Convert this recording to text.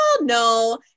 no